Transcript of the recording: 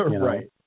right